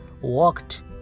walked